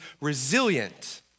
resilient